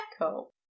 Echo